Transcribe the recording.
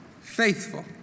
faithful